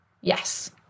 Yes